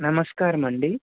నమస్కారమండీ